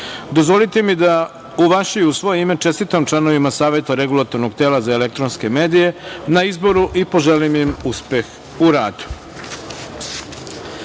Tasića. Dozvolite mi da, u vaše i u svoje ime, čestitam članovima Saveta Regulatornog tela za elektronske medije na izboru i poželim im uspeh u